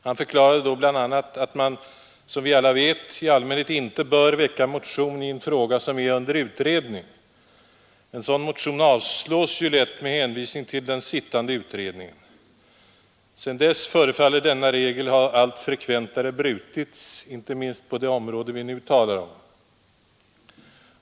Han förklarade då bl.a. att man, som vi alla vet, i allmänhet inte bör väcka motion i en fråga, som är under utredning. En sådan motion avslås ju lätt med hänvisning till den sittande utredningen. Sedan dess förefaller denna regel ha allt frekventare brutits, inte minst på det område vi nu talar om.